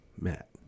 Matt